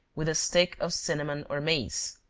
with a stick of cinnamon or mace.